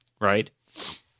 right